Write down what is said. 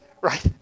Right